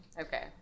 Okay